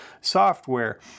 software